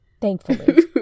Thankfully